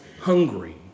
hungry